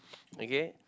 okay